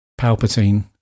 Palpatine